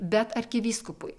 bet arkivyskupui